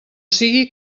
sigui